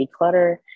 declutter